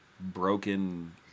broken